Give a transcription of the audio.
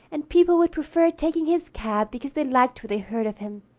and people would prefer taking his cab because they liked what they heard of him.